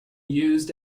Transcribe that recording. used